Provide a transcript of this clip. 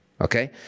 Okay